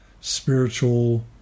spiritual